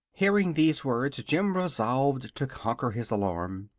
hearing these words jim resolved to conquer his alarm.